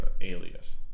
Alias